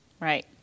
right